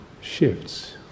shifts